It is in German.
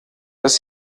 dass